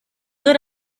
dore